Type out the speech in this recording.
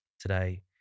today